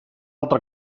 altra